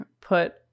put